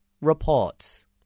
reports